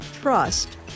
trust